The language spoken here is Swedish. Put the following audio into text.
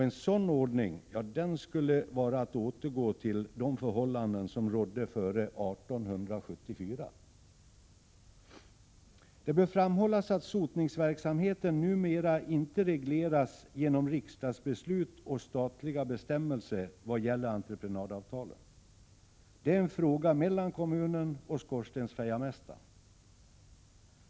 En sådan ordning skulle vara att återgå till de förhållanden som rådde före 1874. Det bör framhållas att sotningsverksamheten numera inte regleras genom riksdagsbeslut och statliga bestämmelser vad gäller entreprenadavtalen. Detta är en fråga mellan kommunen och skorstensfejarmästaren.